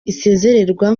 isezererwa